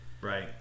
right